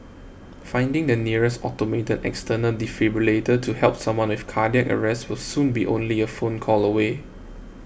finding the nearest automated external defibrillator to help someone with cardiac arrest will soon be only a phone call away